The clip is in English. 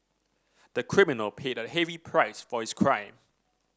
the criminal paid a heavy price for his crime